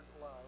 love